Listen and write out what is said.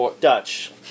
Dutch